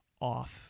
off